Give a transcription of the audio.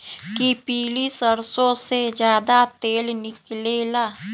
कि पीली सरसों से ज्यादा तेल निकले ला?